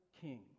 king